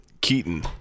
Keaton